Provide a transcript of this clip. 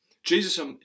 Jesus